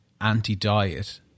anti-diet